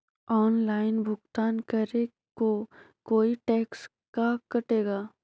Online भुगतान करे को कोई टैक्स का कटेगा?